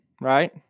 right